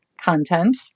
content